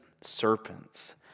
serpents